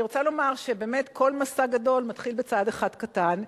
אני רוצה לומר שכל מסע גדול מתחיל בצעד אחד קטן.